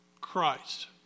Christ